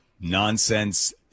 nonsense